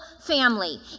family